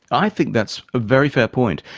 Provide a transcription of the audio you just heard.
i think that's a very fair point.